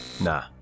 Nah